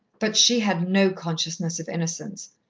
but she had no consciousness of innocence.